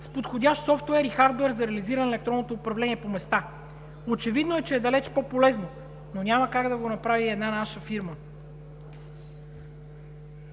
с подходящ софтуер и хардуер за реализиране на електронното управление по места? Очевидно е, че е далеч по-полезно, но няма как да го направи една наша фирма!